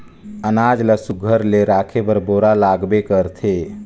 अनाज ल सुग्घर ले राखे बर बोरा लागबे करथे